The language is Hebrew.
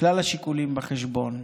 כלל השיקולים בחשבון,